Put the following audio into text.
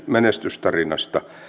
menestystarinasta